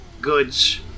goods